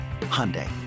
Hyundai